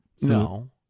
No